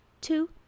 Two